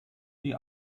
die